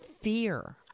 fear